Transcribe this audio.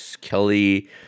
Kelly –